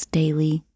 daily